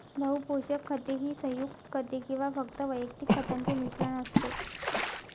बहु पोषक खते ही संयुग खते किंवा फक्त वैयक्तिक खतांचे मिश्रण असते